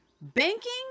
Banking